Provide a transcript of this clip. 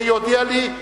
והיא הודיעה לי.